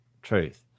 Truth